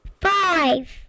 Five